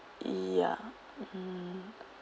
ya mm